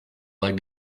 like